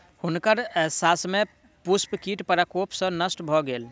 हुनकर शस्यक पुष्प कीट प्रकोप सॅ नष्ट भ गेल